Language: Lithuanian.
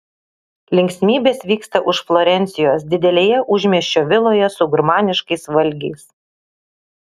linksmybės vyksta už florencijos didelėje užmiesčio viloje su gurmaniškais valgiais